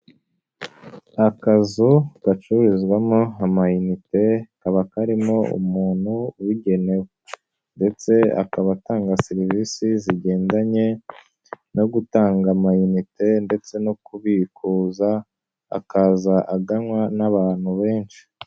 Akazu gacururizwamo amayinite kaba karimo umuntu ubigenewe ndetse akaba atanga serivisi zigendanye no gutanga mayinite ndetse no kubikuza akaza aganwa n'abantu benshi.